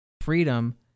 Freedom